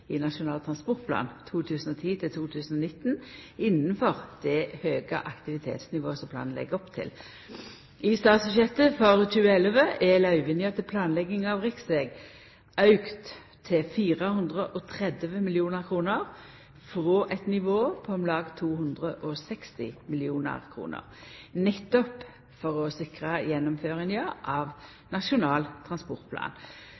i Nasjonal transportplan 2010–2019, innanfor det høge aktivitetsnivået som planen legg opp til. I statsbudsjettet for 2011 er løyvinga til planlegging av riksveg auka til 430 mill. kr frå eit nivå på om lag 260 mill. kr nettopp for å sikra gjennomføringa